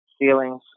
feelings